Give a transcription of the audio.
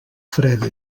freda